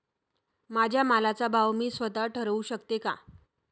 माझ्या मालाचा भाव मी स्वत: ठरवू शकते का?